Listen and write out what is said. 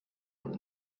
und